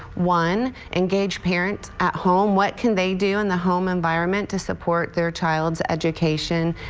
one, engage parents at home, what can they do in the home environment to support their child's education,